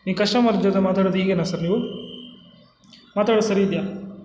ನೀವು ಕಸ್ಟಮರ್ ಜೊತೆ ಮಾತಾಡೋದು ಹೀಗೆನಾ ಸರ್ ನೀವು ಮಾತಾಡೋದು ಸರಿ ಇದೆಯಾ